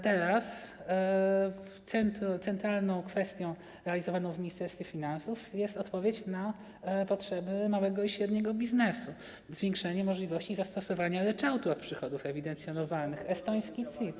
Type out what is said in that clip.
Teraz centralną kwestią realizowaną w Ministerstwie Finansów jest odpowiedź na potrzeby małego i średniego biznesu, zwiększenie możliwości zastosowania ryczałtu od przychodów ewidencjonowanych, estoński CIT.